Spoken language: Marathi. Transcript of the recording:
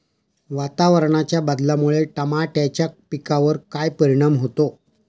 वातावरणाच्या बदलामुळे टमाट्याच्या पिकावर काय परिणाम होतो?